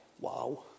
Wow